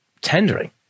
tendering